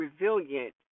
resilient